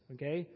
Okay